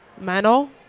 Mano